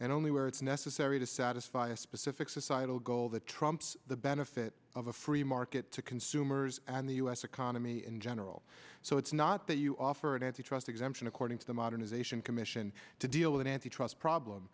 and only where it's necessary to satisfy a specific societal goal that trumps the benefit of a free market to consumers and the u s economy in general so it's not that you offer an antitrust exemption according to the modernization commission to deal with an antitrust problem